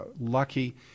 lucky